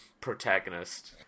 protagonist